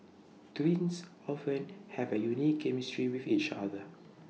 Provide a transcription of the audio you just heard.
twins often have A unique chemistry with each other